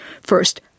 first